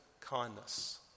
kindness